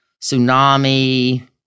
Tsunami